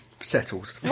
settles